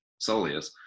soleus